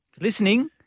listening